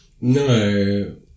No